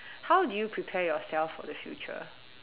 how do you prepare yourself for the future